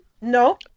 No